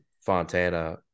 Fontana